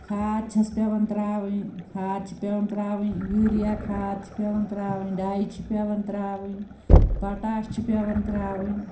کھاد چھیٚس پیٚوان ترٛاوٕنۍ کھاد چھِ پیٚوان ترٛاوٕنۍ یوٗرِیہ کھاد چھِ پیٚوان ترٛاوٕنۍ ڈاے چھِ پیٚوان ترٛاوٕنۍ پَٹاش چھِ پیٚوان ترٛاوٕنۍ